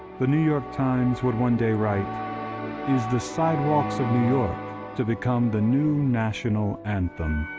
the new york times would one day write is the sidewalks of new york to become the new national anthem?